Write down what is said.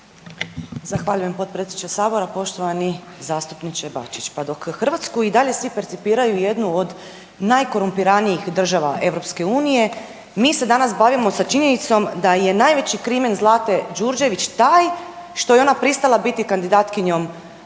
Zahvaljujem potpredsjedniče Sabora, poštovani zastupniče Bačić. Pa dok Hrvatsku i dalje svi percipiraju kao jednu od najkorumpiranijih država EU, mi se danas bavimo sa činjenicom da je najveći krimen Zlate Đurđević taj što je ona pristala biti kandidatkinjom